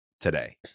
today